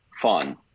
fun